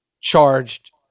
charged